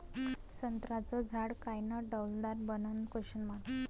संत्र्याचं झाड कायनं डौलदार बनन?